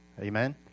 Amen